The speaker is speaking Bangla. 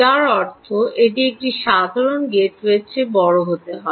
যার অর্থ এটি একটি সাধারণ গেটওয়ের চেয়ে বড় হতে হবে